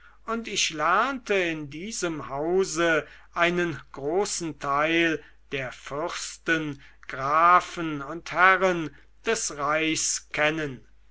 und ich lernte in diesem hause einen großen teil der fürsten grafen und herren des reichs kennen